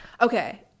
Okay